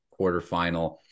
quarterfinal